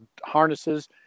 harnesses